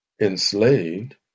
enslaved